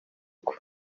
uko